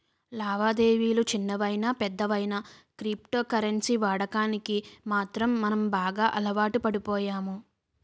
లావాదేవిలు చిన్నవయినా పెద్దవయినా క్రిప్టో కరెన్సీ వాడకానికి మాత్రం మనం బాగా అలవాటుపడిపోయాము